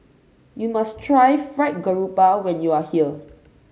you must try Fried Garoupa when you are here